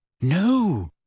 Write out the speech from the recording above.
No